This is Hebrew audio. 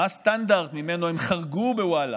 מה הסטנדרט שממנו הם חרגו בוואלה?